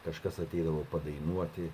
kažkas ateidavo padainuoti